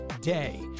day